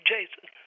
Jason